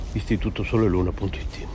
istitutosoleluna.it